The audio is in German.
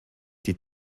die